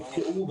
נתקעו,